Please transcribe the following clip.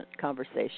conversation